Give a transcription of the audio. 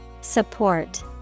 Support